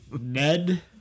Ned